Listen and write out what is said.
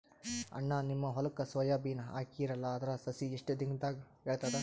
ಅಣ್ಣಾ, ನಿಮ್ಮ ಹೊಲಕ್ಕ ಸೋಯ ಬೀನ ಹಾಕೀರಲಾ, ಅದರ ಸಸಿ ಎಷ್ಟ ದಿಂದಾಗ ಏಳತದ?